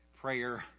prayer